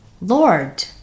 Lord